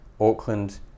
Auckland